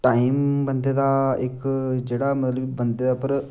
time बंदे दा इक जेह्ड़ा मतलब कि बंदे उप्पर